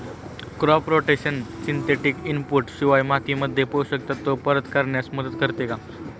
Crop rotation synthetic input शिवाय मातीमध्ये पोषक तत्त्व परत करण्यास मदत करते का?